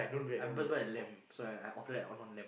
so after that I on on lamp